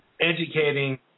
educating